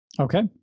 Okay